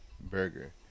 burger